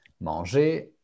manger